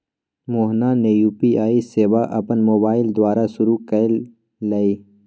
मोहना ने यू.पी.आई सेवा अपन मोबाइल द्वारा शुरू कई लय